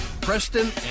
Preston